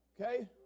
Okay